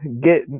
get